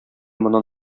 моннан